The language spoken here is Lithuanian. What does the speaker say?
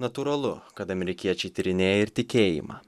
natūralu kad amerikiečiai tyrinėja ir tikėjimą